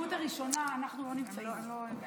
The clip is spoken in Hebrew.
בהסתייגות הראשונה אנחנו לא נמצאים.